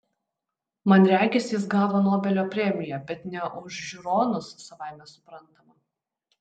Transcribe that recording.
man regis jis gavo nobelio premiją bet ne už žiūronus savaime suprantama